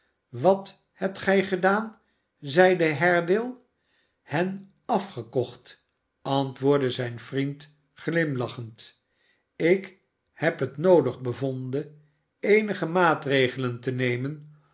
wat hebt gij gedaan zeide haredale hen afgekocht antwoordde zijn vriend glimlachend ik heb het noodig bevonden eenige maatregelen te nemen